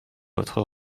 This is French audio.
votre